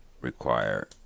require